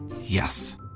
Yes